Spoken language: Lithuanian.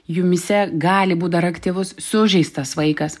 jumyse gali būt dar aktyvus sužeistas vaikas